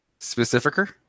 Specificer